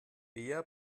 bea